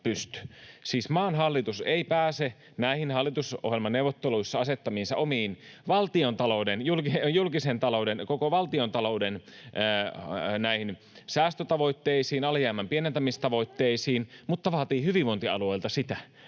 Siis maan hallitus ei pääse näihin hallitusohjelmaneuvotteluissa asettamiinsa omiin julkisen talouden, koko valtiontalouden, säästötavoitteisiin, alijäämän pienentämistavoitteisiin, mutta vaatii hyvinvointialueilta sitä,